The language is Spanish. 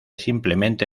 simplemente